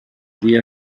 día